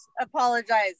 apologize